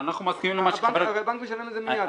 הרי הבנק משלם את זה מיד.